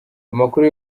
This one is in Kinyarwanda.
amakuru